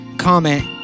comment